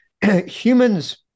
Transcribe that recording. humans